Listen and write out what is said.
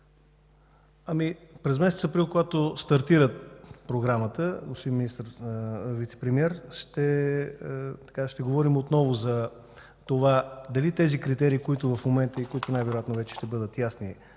През месец април, когато стартира програмата, господин вицепремиер, ще говорим отново за това дали тези критерии, които в момента и най-вероятно до месец април ще бъдат ясни,